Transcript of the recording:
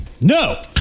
No